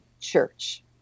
church